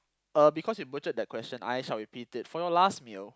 uh because you butchered that question I shall repeat it for your last meal